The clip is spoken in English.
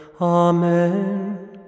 Amen